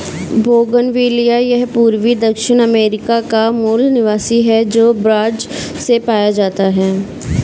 bougainvillea यह पूर्वी दक्षिण अमेरिका का मूल निवासी है, जो ब्राज़ से पाया जाता है